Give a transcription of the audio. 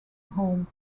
home